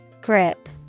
Grip